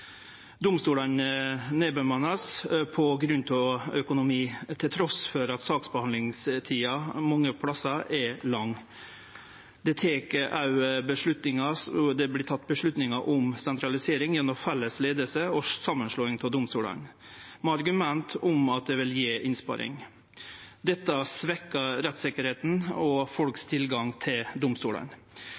domstolane. Domstolane vert nedbemanna på grunn av økonomi trass i at saksbehandlingstida mange plassar er lang. Det vert òg teke avgjerder om sentralisering gjennom felles leiing og samanslåing av domstolane med argument om at det vil gje innsparing. Dette svekkjer rettssikkerheita og folks tilgang til domstolane.